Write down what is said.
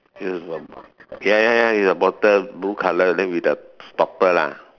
ya ya is the bottle blue color then with the stopper lah